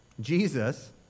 Jesus